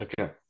Okay